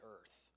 earth